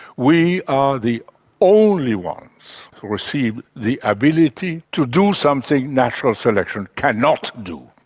we are the only ones to receive the ability to do something natural selection cannot do,